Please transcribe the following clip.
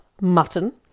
Mutton